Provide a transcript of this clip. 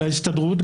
להסתדרות,